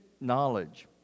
knowledge